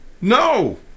no